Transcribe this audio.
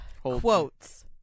Quotes